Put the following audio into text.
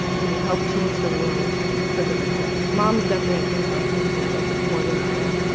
and you help change the world for the better. mom's definitely gonna help change the world though, more than i am.